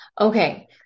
Okay